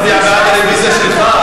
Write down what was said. ועוד אני מצביע בעד הרוויזיה שלך,